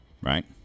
right